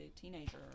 teenager